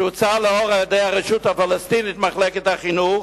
שהוצא לאור על-ידי הרשות הפלסטינית, מחלקת החינוך,